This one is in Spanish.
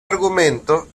argumento